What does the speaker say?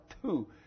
two